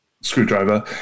screwdriver